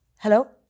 Hello